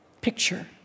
picture